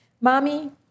Mommy